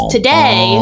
Today